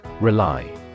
Rely